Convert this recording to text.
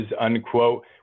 unquote